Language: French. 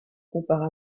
compara